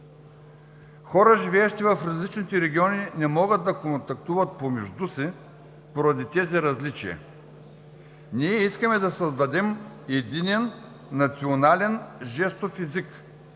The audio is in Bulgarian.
Хора, живеещи в различните региони не могат да контактуват помежду си, поради тези различия. Ние искаме да създадем единен национален жестов език.